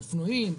אופנועים,